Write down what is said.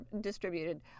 distributed